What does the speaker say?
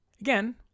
Again